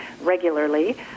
regularly